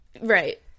Right